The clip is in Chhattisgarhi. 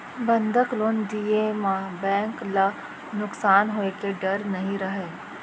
बंधक लोन दिये म बेंक ल नुकसान होए के डर नई रहय